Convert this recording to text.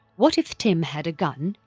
what if tim had a gun,